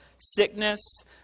sickness